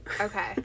Okay